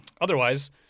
Otherwise